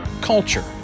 culture